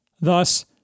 Thus